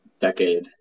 decade